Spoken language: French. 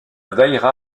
daïra